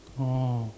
oh